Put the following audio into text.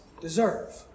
deserve